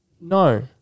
No